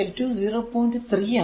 3 ആണ്